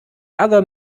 other